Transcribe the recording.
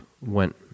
went